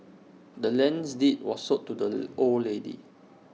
the land's deed was sold to the old lady